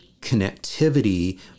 connectivity